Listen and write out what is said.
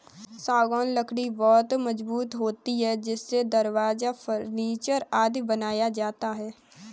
सागौन लकड़ी बहुत मजबूत होती है इससे दरवाजा, फर्नीचर आदि बनाया जाता है